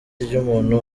ry’umuntu